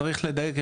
צריך לדייק.